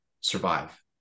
survive